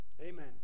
Amen